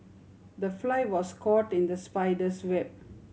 the fly was caught in the spider's web